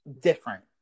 different